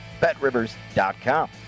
betrivers.com